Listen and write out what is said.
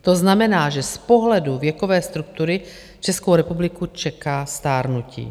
To znamená, že z pohledu věkové struktury Českou republiku čeká stárnutí.